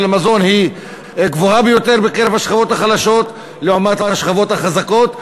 המזון הוא גבוה ביותר בקרב השכבות החלשות לעומת השכבות החזקות,